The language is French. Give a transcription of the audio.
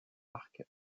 arc